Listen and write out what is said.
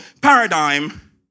paradigm